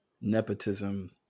nepotism